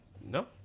No